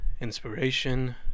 inspiration